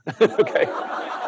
Okay